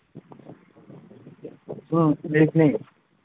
ꯎꯝ